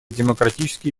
демократические